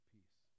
Peace